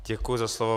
Děkuji za slovo.